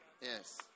Yes